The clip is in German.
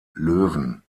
löwen